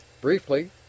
Briefly